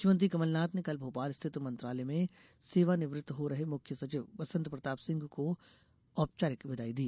मुख्यमंत्री कमलनाथ ने कल भोपाल स्थित मंत्रालय में सेवानिवृत हो रहे मुख्य सचिव बसंत प्रताप सिंह को औपचारिक विदाई दी